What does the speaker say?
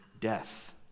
death